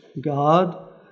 God